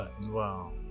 wow